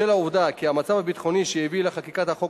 בשל העובדה כי המצב הביטחוני שהביא לחקיקת החוק